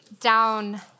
down